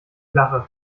lache